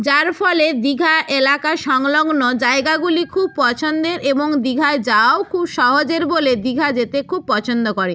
যার ফলে দীঘা এলাকা সংলগ্ন জায়গাগুলি খুব পছন্দের এবং দীঘা যাওয়াও খুব সহজের বলে দীঘা যেতে খুব পছন্দ করে